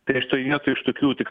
tai aš toj vietoj iš tokių tik